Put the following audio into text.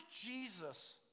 Jesus